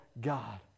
God